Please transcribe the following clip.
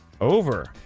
Over